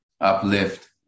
uplift